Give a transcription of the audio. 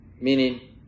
meaning